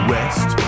West